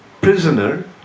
prisoner